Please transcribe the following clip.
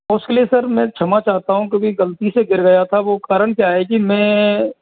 उसके लिए सर मैं क्षमा चाहता हूँ क्योंकि गलती से गिर गया था वो करण क्या है कि मैं